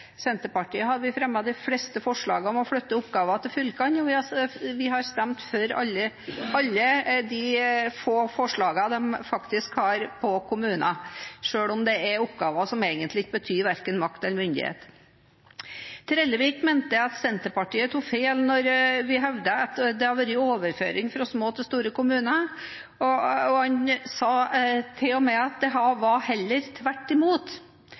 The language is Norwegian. Senterpartiet har fremmet de fleste forslagene om å flytte oppgaver til fylkene, og vi har stemt for de få forslagene som regjeringspartiene har fremmet som gjelder kommuner, selv om det er oppgaver som egentlig betyr verken makt eller myndighet. Trellevik mente at Senterpartiet tok feil når vi hevdet at det har vært overføring fra små til store kommuner, og han sa til og med at det var heller tvert imot.